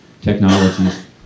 technologies